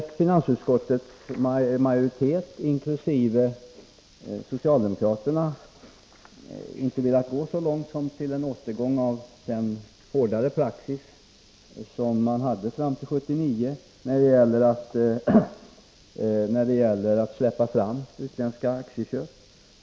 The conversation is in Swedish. Finansutskottets majoritet inkl. socialdemokraterna har inte velat gå så långt som till en återgång till den hårdare praxis som man hade fram till 1979 när det gällde att släppa fram utländska aktieköp.